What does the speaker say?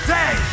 day